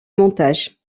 montage